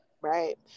Right